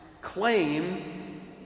claim